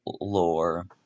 lore